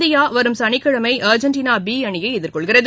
இந்தியாவரும சனிக்கிழமைஅர்ஜெண்டனாபிஅணியைஎதிர்கொள்கிறது